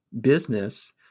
business